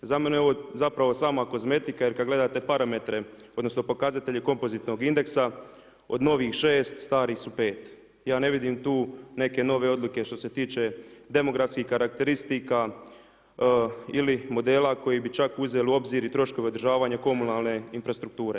Za mene je ovo zapravo sama kozmetika, jer kad gledate parametre, odnosno pokazatelje kompozitnog indeksa od novih 6, starih su 5. Ja ne vidim tu neke nove odluke što se tiče demografskih karakteristika ili modela koje bi čak uzeli u obzir i troškove održavanja komunalne infrastrukture.